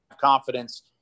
confidence